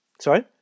Sorry